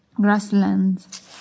Grasslands